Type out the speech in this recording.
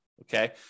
Okay